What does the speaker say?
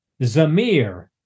Zamir